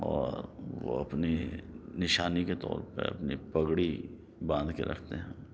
اور وہ اپنی نشانی کے طور پہ اپنی پگڑی باندھ کے رکھتے ہیں